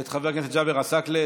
את חבר הכנסת ג'אבר עסאקלה,